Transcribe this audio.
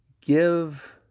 Give